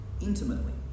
intimately